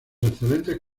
excelentes